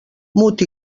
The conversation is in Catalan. mut